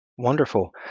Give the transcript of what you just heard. Wonderful